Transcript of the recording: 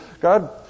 God